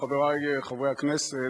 חברי חברי הכנסת,